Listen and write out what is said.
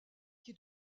qui